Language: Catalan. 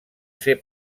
ser